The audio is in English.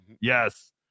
yes